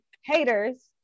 haters